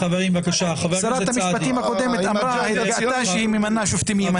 שרת המשפטים הקודמת התגאתה שהיא ממנה שופטים ימניים.